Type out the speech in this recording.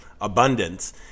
Abundance